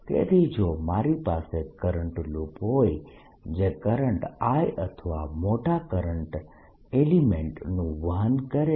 તેથી જો મારી પાસે કરંટ લૂપ હોય જે કરંટ I અથવા મોટા કરંટ એલિમેન્ટનું વહન કરે છે